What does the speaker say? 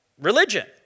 religion